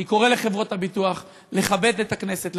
אני קורא לחברות הביטוח לכבד את הכנסת,